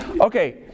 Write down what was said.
Okay